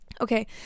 Okay